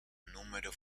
número